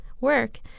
work